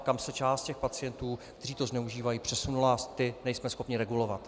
Tam se část pacientů, kteří to zneužívají, přesunula a ty nejsme schopni regulovat.